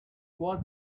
was